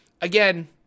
again